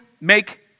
make